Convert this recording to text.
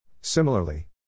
Similarly